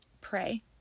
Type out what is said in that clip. pray